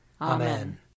Amen